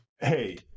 Hey